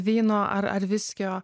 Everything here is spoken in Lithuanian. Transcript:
vyno ar ar viskio